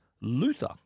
Luther